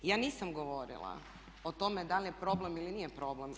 Ja nisam govorila o tome da li je problem ili nije problem.